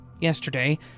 yesterday